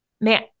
Man